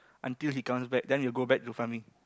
until he comes back then we will go back to farming